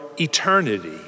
eternity